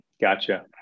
Gotcha